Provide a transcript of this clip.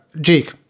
Jake